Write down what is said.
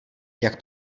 jak